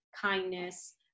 kindness